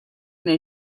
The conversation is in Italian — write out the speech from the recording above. nel